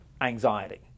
anxiety